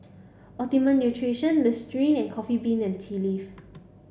Optimum Nutrition Listerine and Coffee Bean and Tea Leaf